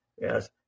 Yes